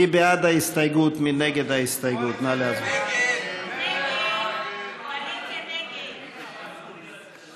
ההסתייגות (39) של חברי הכנסת יחיאל חיליק בר ועמיר פרץ לסעיף 1